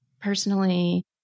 personally